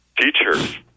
teachers